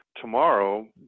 Tomorrow